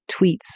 tweets